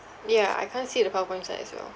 ya I can't see the powerpoint slide as well